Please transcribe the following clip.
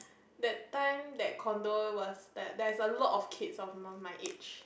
that time that condo was there there's a lot of kids of non my age